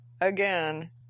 again